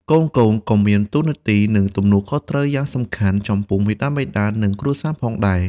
កូនៗក៏មានតួនាទី និងទំនួលខុសត្រូវយ៉ាងសំខាន់ចំពោះមាតាបិតា និងគ្រួសារផងដែរ។